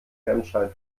remscheid